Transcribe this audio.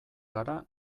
gara